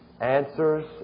answers